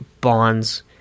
bonds